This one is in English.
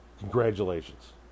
Congratulations